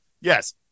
Yes